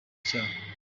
icyaha